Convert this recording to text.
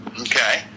Okay